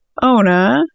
Ona